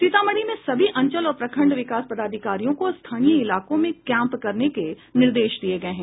सीतामढ़ी में सभी अंचल और प्रखंड विकास पदाधिकारियों को स्थानीय इलाकों में कैंप करने के निर्देश दिये गये हैं